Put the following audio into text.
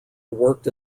worked